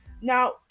now